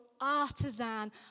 artisan